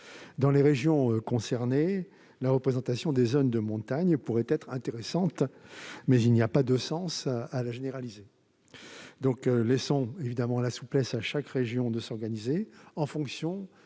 Dans les régions concernées, la représentation des zones de montagne pourrait être intéressante, mais il n'y a pas de sens à la généraliser. Laissons à chaque région la possibilité de s'organiser en fonction